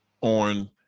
on